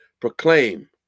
proclaim